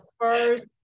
first